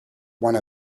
one